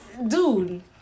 Dude